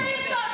חברת הכנסת מירב.